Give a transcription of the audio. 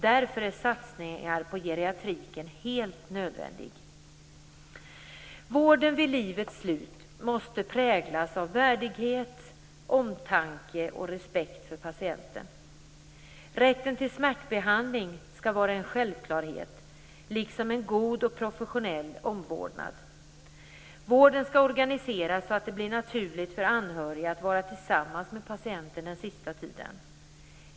Därför är satsningar på geriatriken helt nödvändiga. Vården vid livets slut måste präglas av värdighet, omtanke och respekt för patienten. Rätten till smärtbehandling skall vara en självklarhet, liksom en god och professionell omvårdnad. Vården skall organiseras så att det blir naturligt för anhöriga att vara tillsammans med patienten den sista tiden.